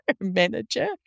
manager